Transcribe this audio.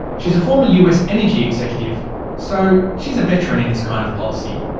she's a former us energy executive so she's a veteran in this kind of policy.